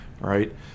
right